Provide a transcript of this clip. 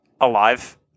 alive